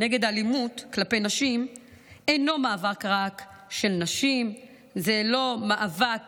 נגד אלימות כלפי נשים אינו מאבק רק של נשים; זה לא מאבק